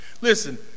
Listen